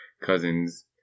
cousins